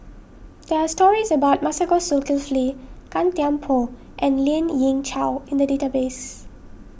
there are stories about Masagos Zulkifli Gan Thiam Poh and Lien Ying Chow in the database